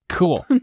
Cool